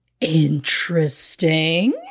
Interesting